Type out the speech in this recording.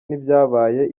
n’ibyabaye